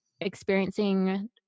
experiencing